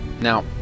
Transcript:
Now